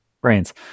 Brains